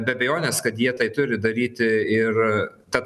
be abejonės kad jie tai turi daryti ir ta